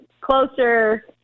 Closer –